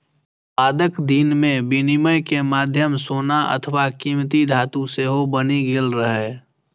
बादक दिन मे विनिमय के माध्यम सोना अथवा कीमती धातु सेहो बनि गेल रहै